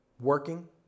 working